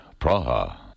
Praha